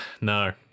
No